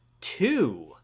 two